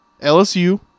LSU